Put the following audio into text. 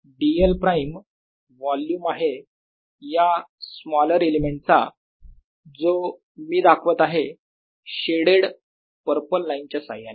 dl prime volume आहे या smaller element चा जो मी दाखवत आहे शेडेड पर्पल लाईन च्या साह्याने